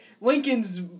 Lincoln's